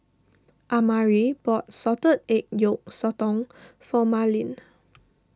Amari bought Salted Egg Yolk Sotong for Marleen